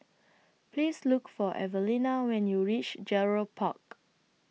Please Look For Evelena when YOU REACH Gerald Park